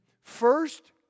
First